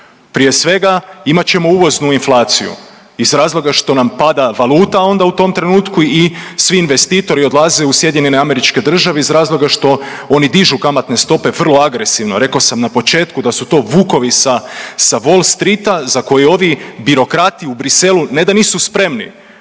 Prije svega imat ćemo uvoznu inflaciju iz razloga što nam pada valuta onda u tom trenutku i svi investitori odlaze u SAD iz razloga što oni dižu kamatne stope vrlo agresivno, rekao sam na početku da su to vukovi sa, sa Wall Streeta za koje ovi birokrati u Briselu ne da nisu spremni